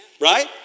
Right